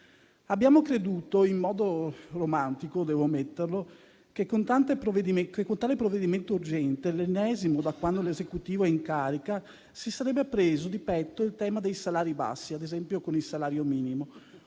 Abbiamo creduto, in modo romantico devo ammetterlo, che con tale provvedimento urgente, l'ennesimo da quando l'Esecutivo è in carica, si sarebbe preso di petto il tema dei salari bassi, ad esempio con il salario minimo: